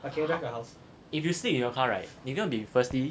if you sleep in your car right you're gonna be firstly